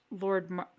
Lord